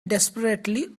desperately